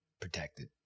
protected